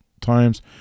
times